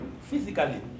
physically